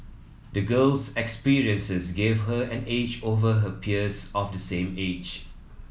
the girl's experiences gave her an edge over her peers of the same age